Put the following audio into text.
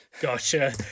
Gotcha